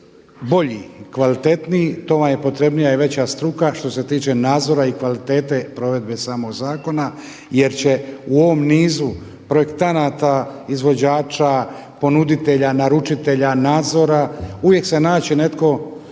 bolji i kvalitetniji to vam je potrebnija i veća struka što se tiče nadzora i kvalitete provedbe samog zakona jer će u ovom nizu projektanata, izvođača, ponuditelja, naručitelja, nadzora uvijek se naći netko